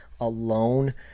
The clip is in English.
Alone